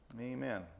Amen